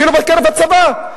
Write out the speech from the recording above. אפילו בקרב הצבא.